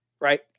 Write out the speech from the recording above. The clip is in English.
right